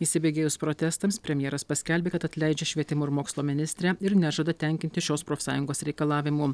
įsibėgėjus protestams premjeras paskelbė kad atleidžia švietimo ir mokslo ministrę ir nežada tenkinti šios profsąjungos reikalavimų